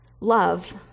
love